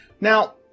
Now